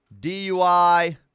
DUI